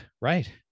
Right